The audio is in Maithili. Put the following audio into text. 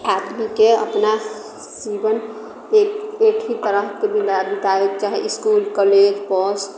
आदमीके अपना जीवन एक एक ही तरहके बिता बिताएके चाही इस्कुल कॉलेज बस